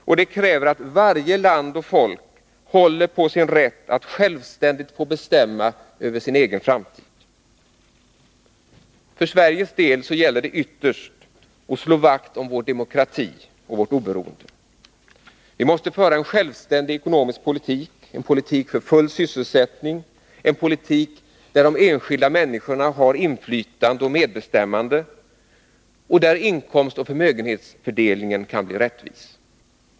Och det kräver att varje land och folk håller på sin rätt att självständigt få bestämma över sin egen framtid. För Sveriges del gäller det ytterst att slå vakt om vår demokrati och vårt oberoende. Vi måste föra en självständig ekonomisk politik, en politik för full sysselsättning, en politik där de enskilda människorna har inflytande och medbestämmande och där inkomstoch förmögenhetsfördelningen kan bli rättvis.